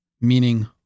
meaning